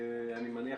אני מניח,